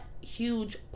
huge